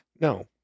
No